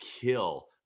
kill